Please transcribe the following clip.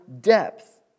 depth